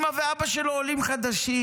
אימא ואבא שלו עולים חדשים,